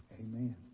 Amen